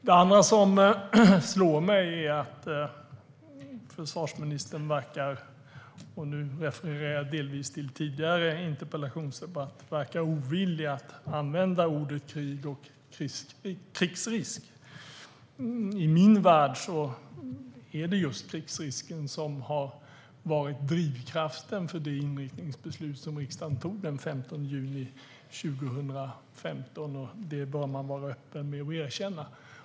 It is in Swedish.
Det andra som slår mig är att försvarsministern, och nu refererar jag delvis till tidigare interpellationsdebatt, verkar ovillig att använda orden "krig" och "krigsrisk". I min värld är det just krigsrisken som har varit drivkraften för det inriktningsbeslut som riksdagen tog den 15 juni 2015, och det bör man vara öppen med och erkänna.